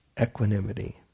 equanimity